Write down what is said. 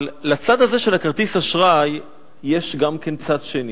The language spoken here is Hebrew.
אבל לצד הזה של הכרטיס אשראי יש גם צד שני.